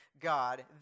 God